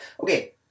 Okay